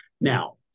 Now